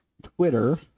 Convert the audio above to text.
Twitter